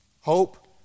Hope